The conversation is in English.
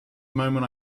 moment